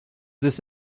this